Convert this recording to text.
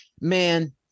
man